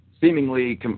seemingly